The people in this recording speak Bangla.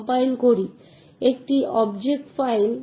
সুতরাং আমরা হার্ডওয়্যার অ্যাক্সেস কন্ট্রোল দিয়ে শুরু করব